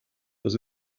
das